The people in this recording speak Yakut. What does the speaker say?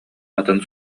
атын